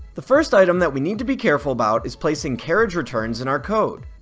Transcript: the first item that we need to be careful about is placing carriage returns in our code.